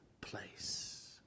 place